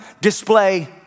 display